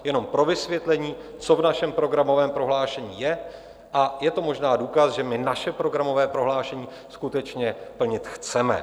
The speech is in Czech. Jenom pro vysvětlení, co v našem programovém prohlášení je, a je to možná důkaz, že my naše programové prohlášení skutečně plnit chceme.